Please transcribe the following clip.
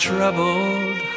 troubled